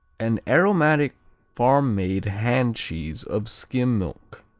an aromatic farm-made hand cheese of skim milk.